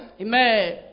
Amen